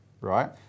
right